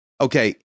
okay